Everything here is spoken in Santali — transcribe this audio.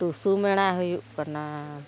ᱴᱩᱥᱩ ᱢᱮᱞᱟ ᱦᱩᱭᱩᱜ ᱠᱟᱱᱟ